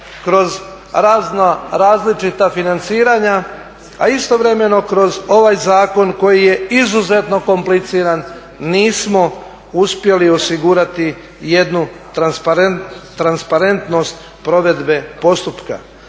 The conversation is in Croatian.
razno različita financiranja a istovremeno kroz ovaj zakon koji je izuzetno kompliciran nismo uspjeli osigurati jednu transparentnost provedbe postupka.